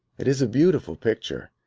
it is a beautiful picture.